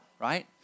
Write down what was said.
right